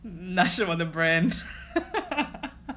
那是我的 brand